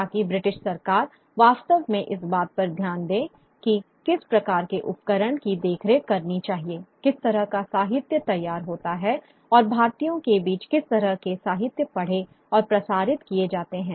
ताकि ब्रिटिश सरकार वास्तव में इस बात पर ध्यान दें कि किस प्रकार के उपकरण की देखरेख करनी चाहिए किस तरह का साहित्य तैयार होता है और भारतीयों के बीच किस तरह के साहित्य पढ़े और प्रसारित किए जाते हैं